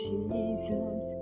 Jesus